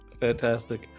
Fantastic